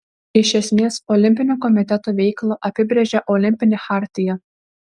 iš esmės olimpinio komiteto veiklą apibrėžia olimpinė chartija